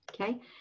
Okay